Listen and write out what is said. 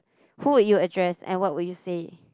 who would you address and what would you say